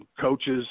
coaches